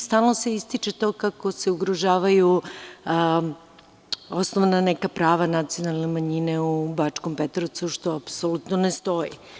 Stalno se ističe to kako se ugrožavaju neka osnovna prava nacionalne manjine u Bačkom Petrovcu, što apsolutno ne stoji.